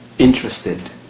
interested